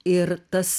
ir tas